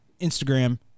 Instagram